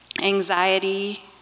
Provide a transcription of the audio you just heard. anxiety